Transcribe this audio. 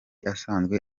asanzwe